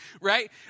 right